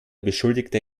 beschuldigte